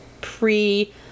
pre